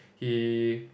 he